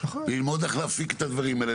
ללמוד איך להפיק את הדברים האלה,